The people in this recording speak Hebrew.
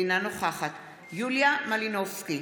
אינה נוכחת יוליה מלינובסקי,